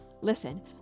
Listen